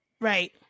Right